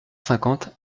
cinquante